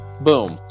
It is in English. boom